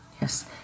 yes